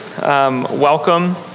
welcome